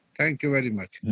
thank you very much.